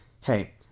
Hey